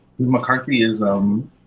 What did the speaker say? McCarthyism